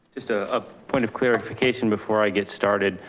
just a ah point of clarification before i get started.